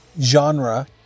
genre